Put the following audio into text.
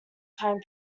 time